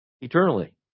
eternally